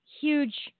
huge